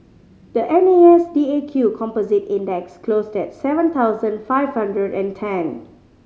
the N A S D A Q Composite Index closed at seven thousand five hundred and ten